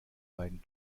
beiden